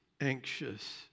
anxious